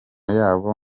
yabo